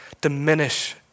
diminish